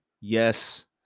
Yes